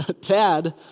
Tad